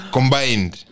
Combined